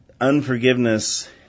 unforgiveness